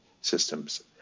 systems